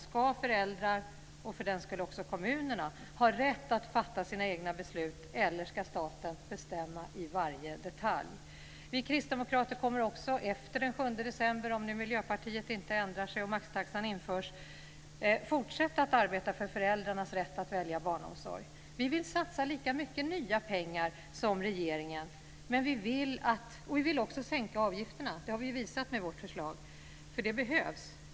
Ska föräldrar och för den skull även kommunerna ha rätt att fatta sina egna beslut eller ska staten bestämma i varje detalj? Vi kristdemokrater kommer också efter den 7 december, om nu Miljöpartiet inte ändrar sig och maxtaxan införs, att fortsätta att arbeta för föräldrarnas rätt att välja barnomsorg. Vi vill satsa lika mycket nya pengar som regeringen och vi vill också sänka avgifterna. Det har vi visat med vårt förslag. Det behövs.